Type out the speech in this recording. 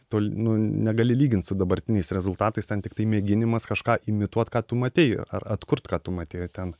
tol nu negali lygint su dabartiniais rezultatais ten tiktai mėginimas kažką imituot ką tu matei ar ar atkurt ką tu matei ten